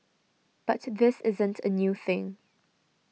but this isn't a new thing